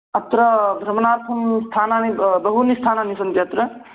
अत्र भ्रमणार्थं स्थानानि बहूनि स्थानानि सन्ति अत्र